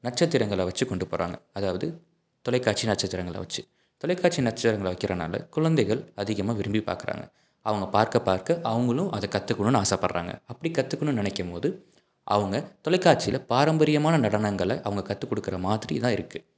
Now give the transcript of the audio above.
நட்சத்திரங்களை வச்சு கொண்டு போகிறாங்க அதாவது தொலைக்காட்சி நட்சத்திரங்களை வச்சு தொலைக்காட்சி நட்சத்திரங்களை வைக்கிறனால குழந்தைகள் அதிகமாக விரும்பி பார்க்குறாங்க அவங்க பார்க்க பார்க்க அவங்களும் அதை கற்றுக்கணுன்னு ஆசைப்பட்றாங்க அப்படி கற்றுக்கணுன்னு நினைக்கும் போது அவங்க தொலைக்காட்சியில் பாரம்பரியமான நடனங்களை அவங்க கற்றுக் கொடுக்கிற மாதிரிதான் இருக்குது